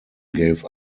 gave